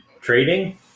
trading